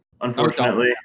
unfortunately